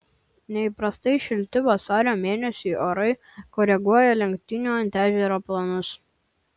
neįprastai šilti vasario mėnesiui orai koreguoja lenktynių ant ežero planus